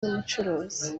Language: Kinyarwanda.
n’umucuruzi